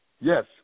Yes